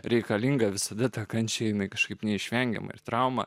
reikalinga visada tą kančią jinai kažkaip neišvengiama ir trauma